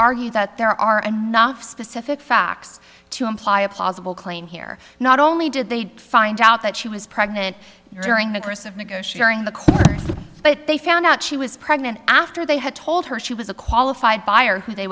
argue that there are and not specific facts to imply a possible claim here not only did they find out that she was pregnant during the course of negotiating the court but they found out she was pregnant after they had told her she was a qualified buyer who they